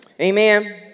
Amen